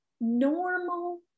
normal